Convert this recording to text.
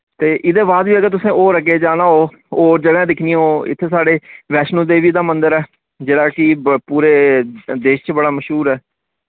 ते इदे बाद वी अगर तुसें और अग्गे जाना हो और जगहं दिक्खनियां हो इत्थे साढ़े वैश्णो देवी दा मंदर ऐ जेह्ड़ा कि पुरे देश च बड़ा मशहूर ऐ